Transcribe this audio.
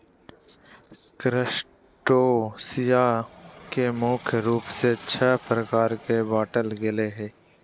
crustaceans के मुख्य रूप से छः प्रकार में बांटल गेले हें